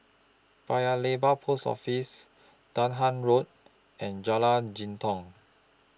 Paya Lebar Post Office Dahan Road and Jalan Jitong